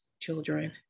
children